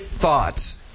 thoughts